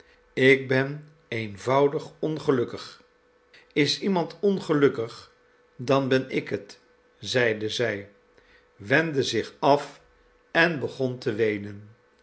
ik ben eenvoudig ongelukkig is iemand ongelukkig dan ben ik het zeide zij wendde zich af en begon te weenen